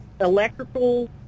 electrical